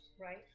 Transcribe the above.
right